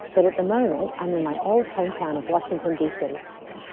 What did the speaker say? but at the moment, i'm in my old hometown of washington, d c.